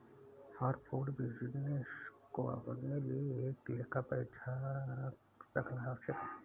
हर food business को अपने लिए एक लेखा परीक्षक रखना आवश्यक है